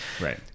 Right